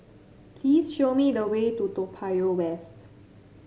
please show me the way to Toa Payoh West